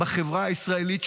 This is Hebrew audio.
בחברה הישראלית,